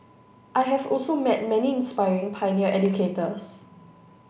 I have also met many inspiring pioneer educators